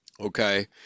Okay